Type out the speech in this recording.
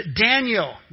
Daniel